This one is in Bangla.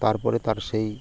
তারপরে তার সেই